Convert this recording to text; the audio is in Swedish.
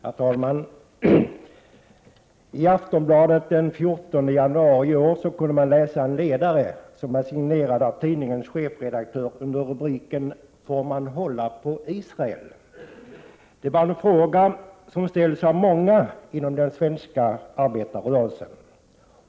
Herr talman! I Aftonbladet den 14 januari i år kunde man läsa en ledare som var signerad av tidningens chefredaktör under rubriken Får man hålla på Israel? Det är en fråga som har ställts av många inom den svenska arbetarrörelsen.